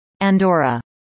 Andorra